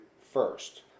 first